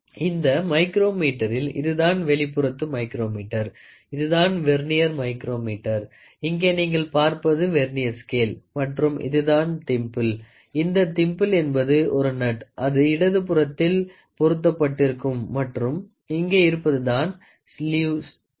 இந்த மைக்ரோமீட்டரில் இதுதான் வெளிப்புறத்து மைக்ரோ மீட்டர் இதுதான் வெர்னியர் மைக்ரோமீட்டர் இங்கே நீங்கள் பார்ப்பது வெர்னியர் ஸ்கேல் மற்றும் இதுதான் திம்பிள் இந்த திம்பிள் என்பது ஒரு நட் அது இடது புறத்தில் பொருத்தப்பட்டிருக்கும் மற்றும் இங்கே இருப்பது தான் ஸ்லீவ் ஸ்கேல்